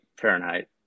Fahrenheit